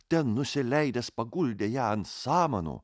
ten nusileidęs paguldė ją ant samanų